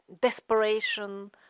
desperation